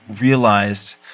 realized